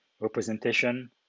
representation